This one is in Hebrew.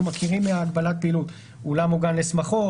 מכירים מהגבלת פעילות אולם לשמחות,